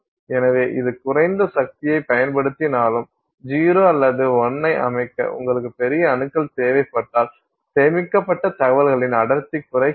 எனவே இது குறைந்த சக்தியைப் பயன்படுத்தினாலும் 0 அல்லது 1 ஐ அமைக்க உங்களுக்கு பெரிய அணுக்கள் தேவைப்பட்டால் சேமிக்கப்பட்ட தகவல்களின் அடர்த்தி குறைகிறது